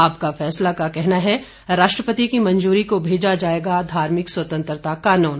आपका फैसला का कहना है राष्ट्रपति की मंजूरी को भेजा जाएगा धार्मिक स्वतंत्रता कानून